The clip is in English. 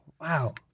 Wow